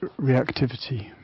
reactivity